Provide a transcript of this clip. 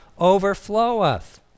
overfloweth